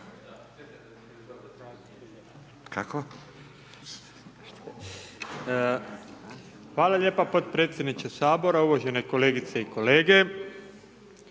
Hvala lijepa poštovani podpredsjedniče Sabora, uvažene kolegice i kolege,